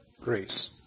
grace